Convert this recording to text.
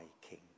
king